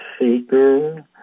Seeker